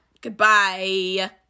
Goodbye